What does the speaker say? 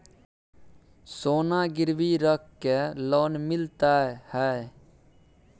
सोना गिरवी रख के लोन मिलते है?